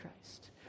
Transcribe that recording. Christ